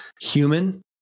human